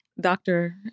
doctor